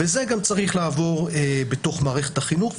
זה צריך גם לעבור בתוך מערכת החינוך.